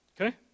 Okay